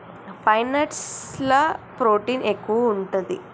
pine nuts ల protein ఎక్కువు ఉంటది